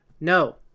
No